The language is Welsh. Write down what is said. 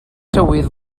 tywydd